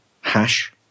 hash